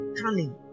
cunning